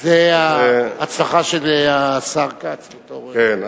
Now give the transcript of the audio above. זה ההצלחה של השר כץ בתור, כן.